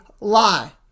lie